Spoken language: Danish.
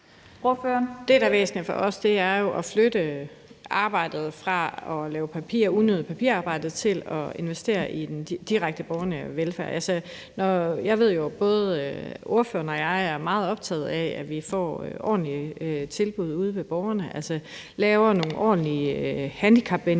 Det, der er væsentligt for os, er jo at flytte arbejdet fra at lave unødigt papirarbejde til at investere i den direkte borgernære velfærd. Jeg ved jo, at både ordføreren og jeg er meget optaget af, at vi får ordentlige tilbud ude ved borgerne, altså laver nogle ordentlige handicapvenlige